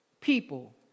people